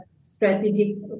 strategic